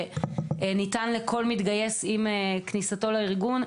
שניתן לכל מתגייס עם כניסתו לארגון.